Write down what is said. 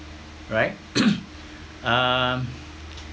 right um